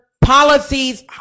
policies